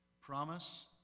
Promise